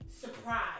surprise